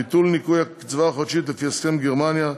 ביטול ניכוי הקצבה החודשית לפי הסכם עם גרמניה),